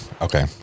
Okay